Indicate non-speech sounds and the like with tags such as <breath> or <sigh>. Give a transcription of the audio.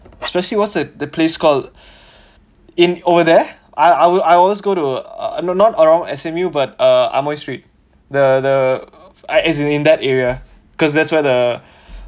especially what's the the place called <breath> in over there I I will I always go to uh not around S_M_U but uh amoy street the the I as in in that area cause that's where the